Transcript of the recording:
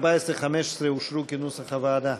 14 15 אושרו כנוסח הוועדה.